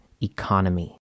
economy